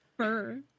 fur